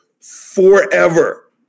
forever